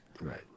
Right